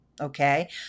okay